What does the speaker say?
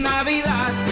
Navidad